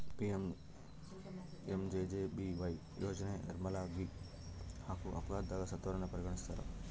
PMMJJBY ಯೋಜನೆಗ ನಾರ್ಮಲಾಗಿ ಹಾಗೂ ಅಪಘಾತದಗ ಸತ್ತವರನ್ನ ಪರಿಗಣಿಸ್ತಾರ